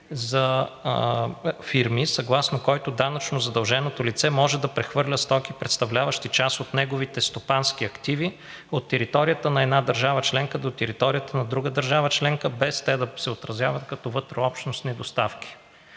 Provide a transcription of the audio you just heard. за фирми, съгласно който данъчно задълженото лице може да прехвърля стоки, представляващи част от неговите стопански активи от територията на една държава членка до територията на друга държава членка, без те да се отразяват като вътреобщностни доставки.